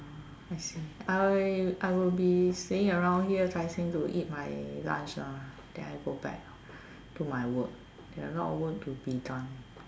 I see I I will be staying around here Tai-Seng to eat my lunch ah then I go back do my work there are a lot of work to be done